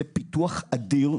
זה פיתוח אדיר,